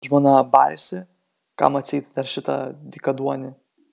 žmona barėsi kam atseit dar šitą dykaduonį